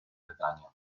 bretanya